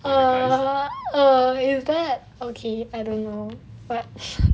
err err is that okay I don't know